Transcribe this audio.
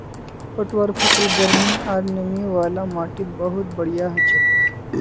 पटवार फसल गर्मी आर नमी वाला माटीत बहुत बढ़िया हछेक